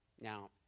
Now